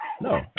No